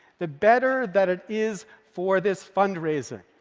the better that it is for this fundraising.